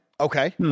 Okay